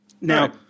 Now